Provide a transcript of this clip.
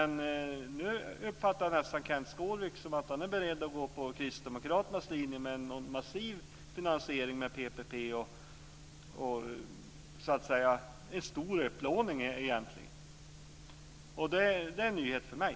Nu uppfattar jag det som att Kenth Skårvik är beredd att gå på Kristdemokraternas linje med en massiv satsning på PPP, vilket medför en stor upplåning. Detta är en nyhet för mig.